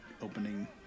opening